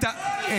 אתה צודק.